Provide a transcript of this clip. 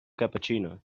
cappuccino